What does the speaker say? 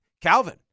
Calvin